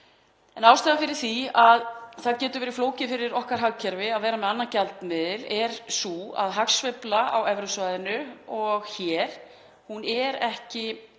En ástæðan fyrir því að það getur verið flókið fyrir okkar hagkerfi að vera með annan gjaldmiðil er sú að hagsveifla á evrusvæðinu og hér á oft ekki